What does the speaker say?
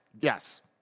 Yes